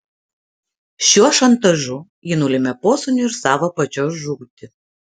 šiuo šantažu ji nulemia posūnio ir savo pačios žūtį